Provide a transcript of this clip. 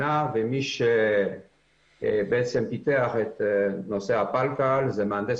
ומי שפיתח את נושא הפלקל היה המהנדס